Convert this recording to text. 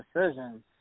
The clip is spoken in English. decisions